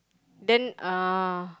then uh